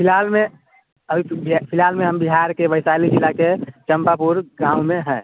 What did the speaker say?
फिलहाल मैं अभी तुम भी फ़िलहाल में हम बिहार के वैशाली ज़िले के चंपापुर गाँव में है